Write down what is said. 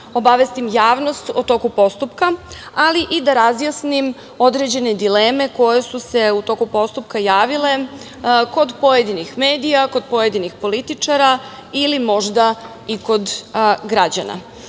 obavestim javnost o toku postupka, ali i da razjasnim određene dileme koje su se u toku postupka javile kod pojedinih medija, pojedinih političara ili možda i kod građana. Ono